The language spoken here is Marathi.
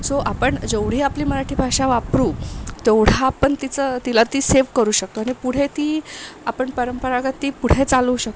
सो आपण जेवढी आपली मराठी भाषा वापरू तेवढं आपण तिचं तिला ती सेव्ह करू शकतो आणि पुढे ती आपण परंपरागत ती पुढे चालवू शकतो